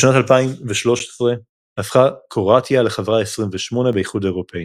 בשנת 2013 הפכה קרואטיה לחברה ה-28 באיחוד האירופי.